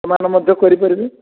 ସେମାନେ ମଧ୍ୟ କରିପାରିବେ